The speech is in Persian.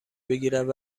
بگیرد